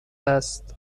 است